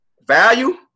value